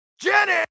Jenny